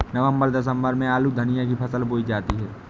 नवम्बर दिसम्बर में आलू धनिया की फसल बोई जाती है?